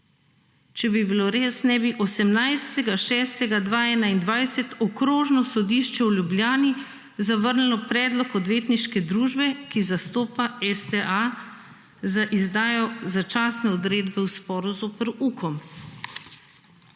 Če bi bilo res, ne bi 18. junija 2021, Okrožno sodišče v Ljubljani zavrnilo predlog odvetniške družbe, ki zastopa STA, z izdajo začasne odredbe o sporazumu